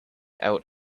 out